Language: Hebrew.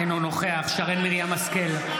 אינו נוכח שרן מרים השכל,